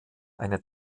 eine